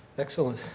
excellent.